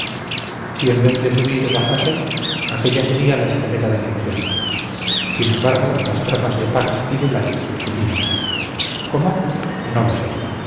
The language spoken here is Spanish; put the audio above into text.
si en vez de subir bajase aquélla sería la escalera del infierno y sin embargo las tropas de pack y de leith subían cómo no lo sé